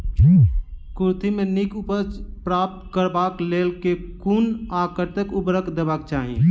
कुर्थी केँ नीक उपज प्राप्त करबाक लेल केँ कुन आ कतेक उर्वरक देबाक चाहि?